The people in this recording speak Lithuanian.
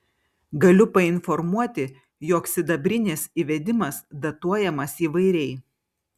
galiu painformuoti jog sidabrinės įvedimas datuojamas įvairiai